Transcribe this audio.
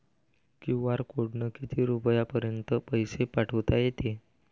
QR कोडनं किती रुपयापर्यंत पैसे पाठोता येते?